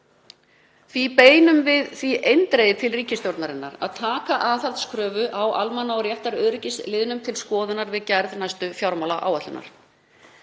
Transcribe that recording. Því beinum við því eindregið til ríkisstjórnarinnar að taka aðhaldskröfu á liðnum um almanna- og réttaröryggi til skoðunar við gerð næstu fjármálaáætlunar.